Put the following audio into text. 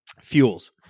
fuels